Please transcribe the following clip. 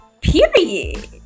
period